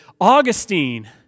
Augustine